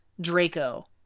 Draco